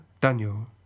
Daniel